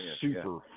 Super